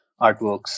artworks